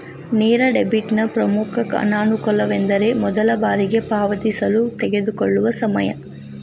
ನೇರ ಡೆಬಿಟ್ನ ಪ್ರಮುಖ ಅನಾನುಕೂಲವೆಂದರೆ ಮೊದಲ ಬಾರಿಗೆ ಪಾವತಿಸಲು ತೆಗೆದುಕೊಳ್ಳುವ ಸಮಯ